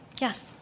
Yes